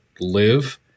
live